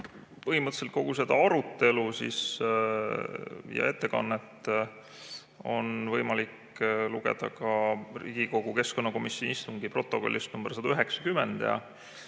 Põhimõtteliselt on kogu seda arutelu ja ettekannet võimalik lugeda ka Riigikogu keskkonnakomisjoni istungi protokollist nr 190.